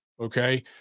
okay